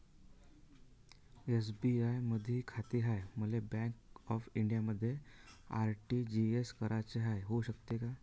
SBI मधी खाते हाय, मले बँक ऑफ इंडियामध्ये आर.टी.जी.एस कराच हाय, होऊ शकते का?